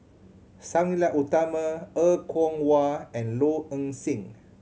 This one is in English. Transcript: Sang Nila Utama Er Kwong Wah and Low Ing Sing